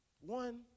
one